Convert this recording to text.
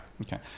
okay